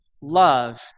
Love